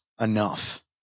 enough